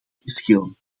geschillen